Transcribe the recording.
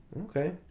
Okay